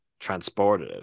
transportative